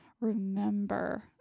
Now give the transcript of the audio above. remember